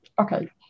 okay